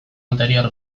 anterior